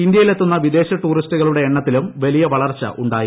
ഇന്ത്യയിലെത്തുന്ന വിദേശ ടൂറിസ്റ്റുകളുടെ എണ്ണത്തിലും വലിയ വളർച്ച ഉണ്ടായി